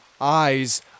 eyes